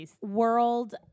world